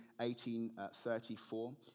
1834